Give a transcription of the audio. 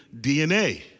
DNA